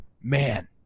man